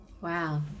Wow